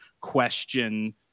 question